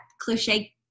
cliche